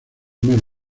más